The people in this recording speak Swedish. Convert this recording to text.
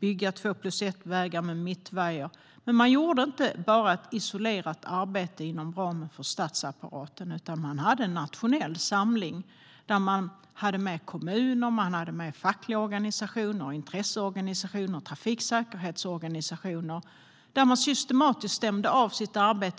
bygga två-plus-ett-vägar med mittvajer. Men man gjorde inte bara ett isolerat arbete inom ramen för statsapparaten. Man hade en nationell samling där man hade med kommuner, fackliga organisationer, intresseorganisationer och trafiksäkerhetsorganisationer där man systematiskt stämde av sitt arbete.